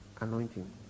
anointing